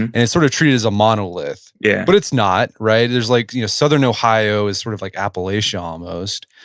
and and it's sort of treated as a monolith. yeah but it's not, right? there's like you know southern ohio, is sort of like appalachia, almost.